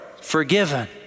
forgiven